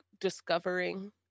discovering